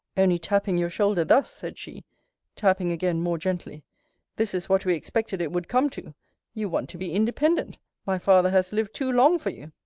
only tapping you shoulder thus, said she tapping again more gently this is what we expected it would come to you want to be independent my father has lived too long for you!